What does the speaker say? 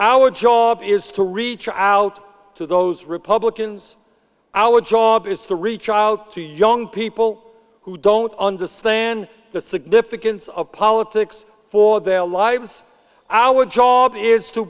our job is to reach out to those republicans our job is to reach out to young people who don't understand the significance of politics for their lives our job is to